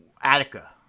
Attica